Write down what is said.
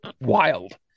wild